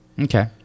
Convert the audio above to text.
Okay